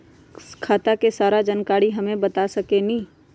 खाता के सारा जानकारी हमे बता सकेनी?